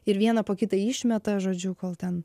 ir vieną po kitą išmeta žodžiu kol ten